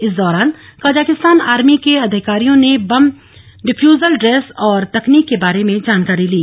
इस दौरान Kazakhstan army के अधिकारियों ने ँ बम डिफ्यूजल ड्रेस और तकनीक के बारे जानकारी ली